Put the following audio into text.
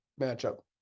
matchup